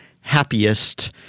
happiest